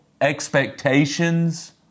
expectations